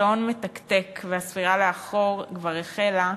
השעון מתקתק והספירה לאחור כבר החלה,